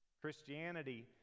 Christianity